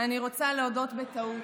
אני רוצה להודות בטעות.